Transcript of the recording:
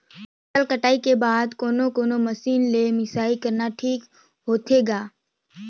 फसल कटाई के बाद कोने कोने मशीन ले मिसाई करना ठीक होथे ग?